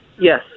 Yes